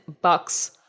bucks